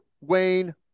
Wayne